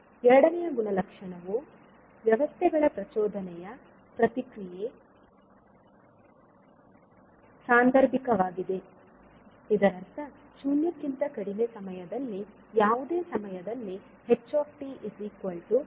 ಎರಡೆನಯ ಗುಣಲಕ್ಷಣವು ವ್ಯವಸ್ಥೆಗಳ ಪ್ರಚೋದನೆಯ ಪ್ರತಿಕ್ರಿಯೆ ಸಾಂದರ್ಭಿಕವಾಗಿದೆ ಇದರರ್ಥ ಶೂನ್ಯಕ್ಕಿಂತ ಕಡಿಮೆ ಸಮಯದಲ್ಲಿ ಯಾವುದೇ ಸಮಯದಲ್ಲಿ h 0